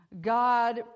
God